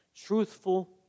truthful